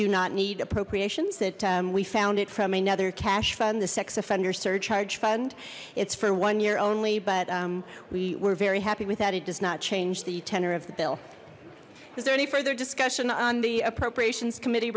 do not need appropriations that we found it from another cash fund the sex offender surcharge fund it's for one year only but we were very happy with that it does not change the tenor of the bill is there any further discussion on the appropriations committee